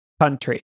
country